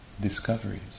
discoveries